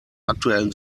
aktuellen